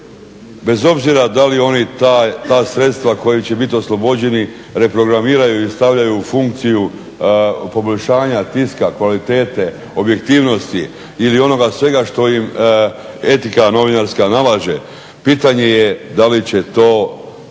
bez obzira da li oni ta sredstva kojih će biti oslobođeni reprogramiraju i stavljaju u funkciju poboljšanja tiska, kvalitete, objektivnosti ili onoga svega što im etika novinarska nalaže. Pitanje je da li će to održati